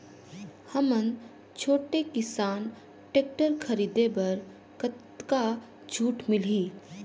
हमन छोटे किसान टेक्टर खरीदे बर कतका छूट मिलही?